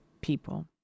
people